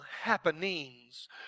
happenings